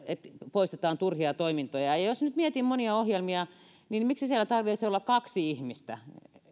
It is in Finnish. poistetaan turhia toimintoja jos nyt mietin monia ohjelmia niin miksi siellä tarvitsee olla kaksi ihmistä